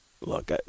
Look